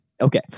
Okay